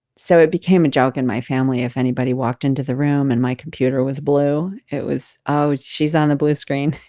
so it became a joke in my family if anybody walked into the room and my computer was blue. it was oh she's on the blue screen.